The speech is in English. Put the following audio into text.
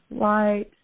light